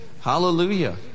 Hallelujah